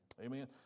Amen